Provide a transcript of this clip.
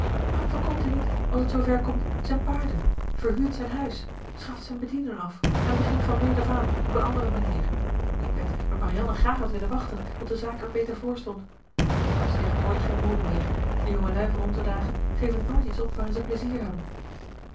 verkoopt hij niet als t zoover komt zijn paarden verhuurt zijn huis schaft zijn bedienden af en begint van meet af aan op een andere manier ik wed dat marianne graag had willen wachten tot de zaak er beter voor stond maar dat is tegenwoordig geen mode meer de jongelui van onze dagen geven nooit iets op waarin ze plezier hebben